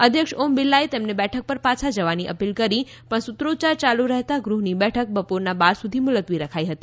અધ્યક્ષ ઓમ બીરલાએ તેમને બેઠક પર પાછા જવાની અપીલ કરી પણ સૂત્રોચ્યાર યાલુ રહેતા ગૃહની બેઠક બપોરના બાર સુધી મુલત્વી રખાઇ હતી